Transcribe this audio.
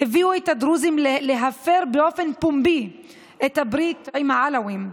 הביאו את הדרוזים להפר באופן פומבי את הברית עם העלווים,